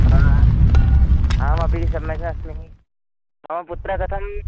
आम् अहमपि सम्यक् अस्मि मम पुत्रः कथम्